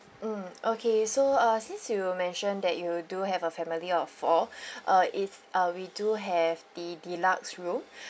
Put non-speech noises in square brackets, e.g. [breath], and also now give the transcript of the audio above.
mm okay so uh since you mentioned that you do have a family of four [breath] uh it's uh we do have the deluxe room [breath]